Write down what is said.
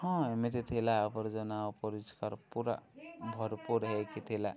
ହଁ ଏମିତି ଥିଲା ଆବର୍ଜନା ଅପରିଷ୍କାର ପୁରା ଭରପୁର ହେଇକି ଥିଲା